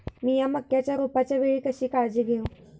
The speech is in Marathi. मीया मक्याच्या रोपाच्या वेळी कशी काळजी घेव?